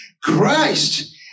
Christ